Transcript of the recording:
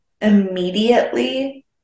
immediately